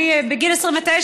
בגיל 29,